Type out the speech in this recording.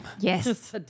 yes